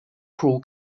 cruel